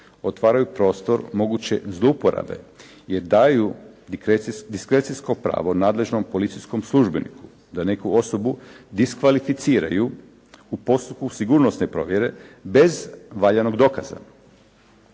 otvaraju prostor moguće zlouporabe jer daju diskrecijsko pravo nadležnom policijskom službeniku da neku osobu diskvalificiraju u postupku sigurnosne provjere bez valjanog dokaza,